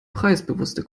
preisbewusste